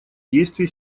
действие